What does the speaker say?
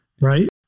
Right